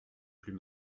plus